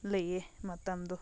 ꯂꯩ ꯃꯇꯝꯗꯣ